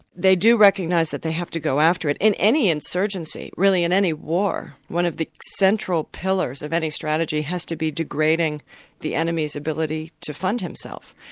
they do recognise that they have to go after it in any insurgency, really in any war, one of the central pillars of any strategy has to be degrading the enemy's ability to fund himself,